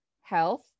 health